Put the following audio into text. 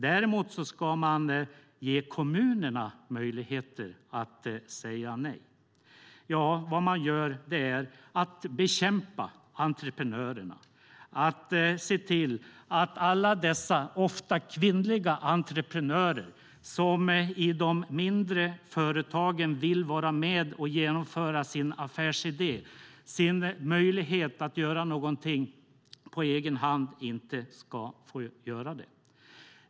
Däremot ska man ge kommunerna möjlighet att säga nej. Vad man gör är att bekämpa entreprenörerna, att se till att alla dessa ofta kvinnliga entreprenörer som i de mindre företagen vill vara med och genomföra sin affärsidé, som ser en möjlighet att göra någonting på egen hand, inte ska få göra det.